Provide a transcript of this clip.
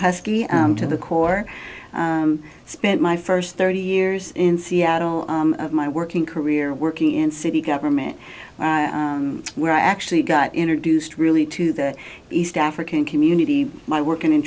husky and to the core i spent my first thirty years in seattle my working career working in city government where i actually got introduced really to the east african community my working in